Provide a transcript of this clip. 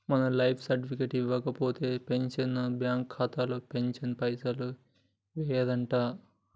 మనం life certificate ఇవ్వకపోతే pensioner bank ఖాతాలో పెన్షన్ పైసలు యెయ్యడంట